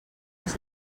els